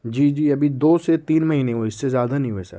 جی جی ابھی دو سے تین مہینے ہوئے اس سے زیادہ نہیں ہوئے سر